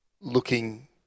looking